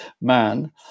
man